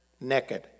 naked